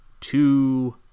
Two